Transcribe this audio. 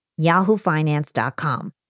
yahoofinance.com